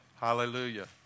Hallelujah